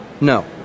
No